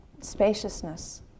spaciousness